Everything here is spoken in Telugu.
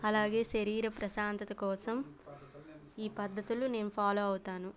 అలాగే శరీర ప్రశాంతత కోసం ఈ పద్ధతులు నేను ఫాలో అవుతాను